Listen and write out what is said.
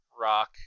rock